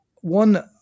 one